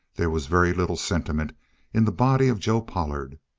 there was very little sentiment in the body of joe pollard.